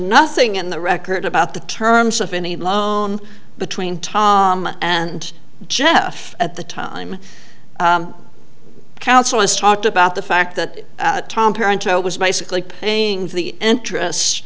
nothing in the record about the terms of any loan between tom and jeff at the time counsel has talked about the fact that tom parent oh was basically paying the interest